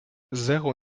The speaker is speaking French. zéro